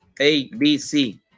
ABC